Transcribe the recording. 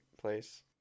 place